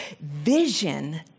Vision